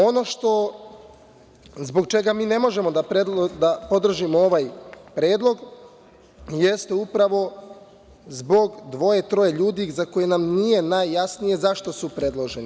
Ono zbog čega mi ne možemo da podržimo ovaj predlog jeste upravo zbog dvoje, troje ljudi za koje nam nije najjasnije zašto su predloženi.